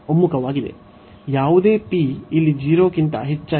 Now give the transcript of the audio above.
ಯಾವುದೇ p ಇಲ್ಲಿ 0 ಕ್ಕಿಂತ ಹೆಚ್ಚಾಗಿದೆ